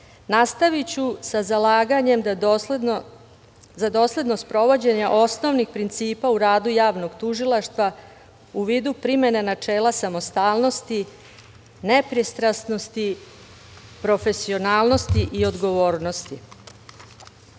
sa zalaganjem za dosledno sprovođenje osnovnih principa u radu javnog tužilaštva u vidu primene načela samostalnosti, nepristranosti, profesionalnosti i odgovornosti. Posebnu